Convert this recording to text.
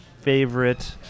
favorite